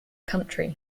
country